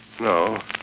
No